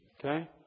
Okay